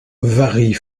varient